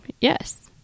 yes